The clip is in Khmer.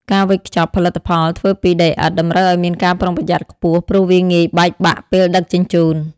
ការវេចខ្ចប់ ផលិតផលធ្វើពីដីឥដ្ឋតម្រូវឱ្យមានការប្រុងប្រយ័ត្នខ្ពស់ ព្រោះវាងាយបែកបាក់ពេលដឹកជញ្ជូន។